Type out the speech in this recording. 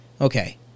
okay